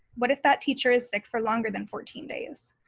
what if that teacher is sick for longer than fourteen days?